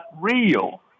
real